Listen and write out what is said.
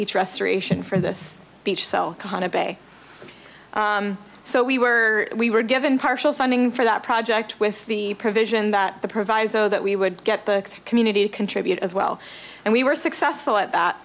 beach restoration for this beach sell on a bay so we were we were given partial funding for that project with the provision that the proviso that we would get the community to contribute as well and we were successful at that